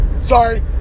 sorry